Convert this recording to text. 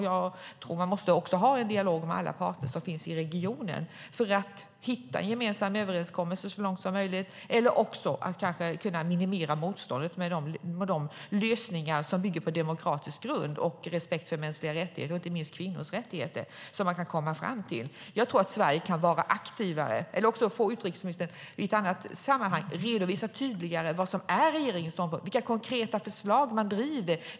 Jag tror att man också måste ha en dialog med alla parter som finns i regionen för att hitta en gemensam överenskommelse så långt som möjligt eller för att kunna minimera motståndet mot de lösningar som bygger på demokratisk grund och respekt för mänskliga rättigheter, inte minst kvinnors rättigheter, som man kan komma fram till. Jag tror att Sverige kan vara aktivare. Utrikesministern kanske i ett annat sammanhang får redovisa tydligare vad som är regeringens ståndpunkt. Vilka konkreta förslag driver man?